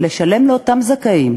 לשלם לאותם זכאים,